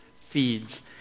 feeds